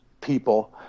people